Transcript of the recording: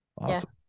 awesome